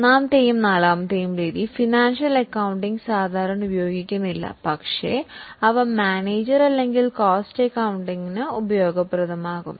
മൂന്നാമത്തെയും നാലാമത്തെയും രീതി സാമ്പത്തിക അക്കൌണ്ടിങ്ങിൽ സാധാരണ ഉപയോഗിക്കുന്നില്ല പക്ഷേ അവ മാനേജർ അല്ലെങ്കിൽ കോസ്റ്റ് അക്കൌണ്ടിംഗിന് ഉപയോഗപ്രദമാകും